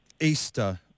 easter